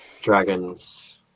Dragons